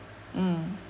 mm